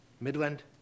Midland